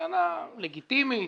טענה לגיטימית,